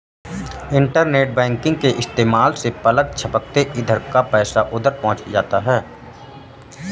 internet banking के इस्तेमाल से पलक झपकते इधर का पैसा उधर पहुँच जाता है